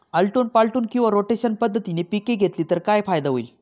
आलटून पालटून किंवा रोटेशन पद्धतीने पिके घेतली तर काय फायदा होईल?